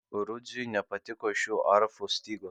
rudziui nepatiko šių arfų stygos